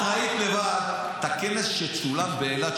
את ראית לבד את הכנס שצולם באילת,